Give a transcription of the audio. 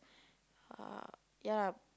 uh yeah lah